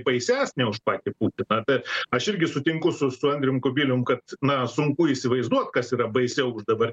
baisesnė už patį putiną bet aš irgi sutinku su su andrium kubilium kad na sunku įsivaizduot kas yra baisiau už dabar